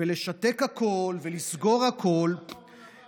ולשתק הכול ולסגור הכול, זה שקר.